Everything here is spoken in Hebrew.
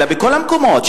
אלא בכל המקומות,